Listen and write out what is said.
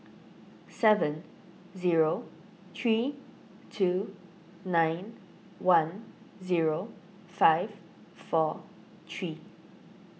seven zero three two nine one zero five four three